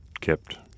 kept